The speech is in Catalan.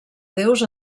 déus